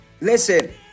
Listen